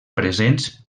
presents